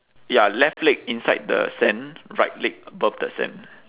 ya left leg inside the sand right leg above the sand